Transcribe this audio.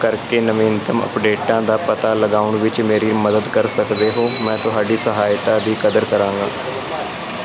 ਕਰਕੇ ਨਵੀਨਤਮ ਅਪਡੇਟਾਂ ਦਾ ਪਤਾ ਲਗਾਉਣ ਵਿੱਚ ਮੇਰੀ ਮਦਦ ਕਰ ਸਕਦੇ ਹੋ ਮੈਂ ਤੁਹਾਡੀ ਸਹਾਇਤਾ ਦੀ ਕਦਰ ਕਰਾਂਗਾ